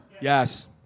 Yes